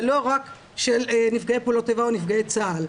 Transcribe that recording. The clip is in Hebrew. זה לא רק של נפגעי פעולות איבה או נפגעי צה"ל.